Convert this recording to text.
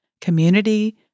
Community